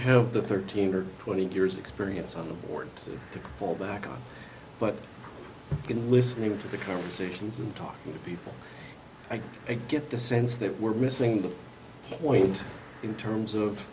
have the thirteen or twenty years experience on the board to fall back on but in listening to the conversations and talking to people like to get the sense that we're missing the point in terms of